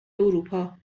اروپا